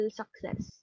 success